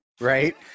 right